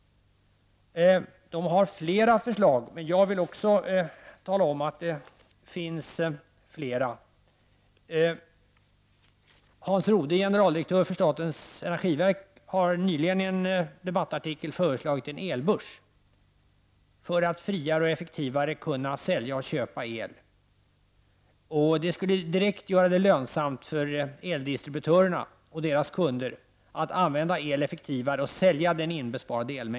Men det finns fler förslag. Hans Rode, generaldirektören i statens energiverk, har nyligen i en debattartikel föreslagit inrättandet av en elbörs. På det sättet skulle man friare och effektivare kunna sälja och köpa el. Det skulle direkt göra det lönsamt för eldistributörerna och deras kunder att använda elen effektivare och att sälja sparad el.